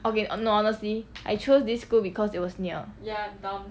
okay no honestly I chose this school because it was near